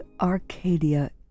Arcadia